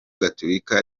gaturika